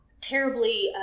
terribly